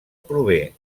prové